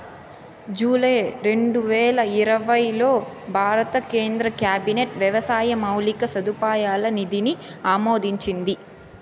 July రెండువేల ఇరవైలో భారత కేంద్ర క్యాబినెట్ వ్యవసాయ మౌలిక సదుపాయాల నిధిని ఆమోదించింది